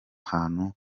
hantu